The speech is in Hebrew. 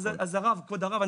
אז כבוד הרב,